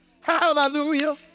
hallelujah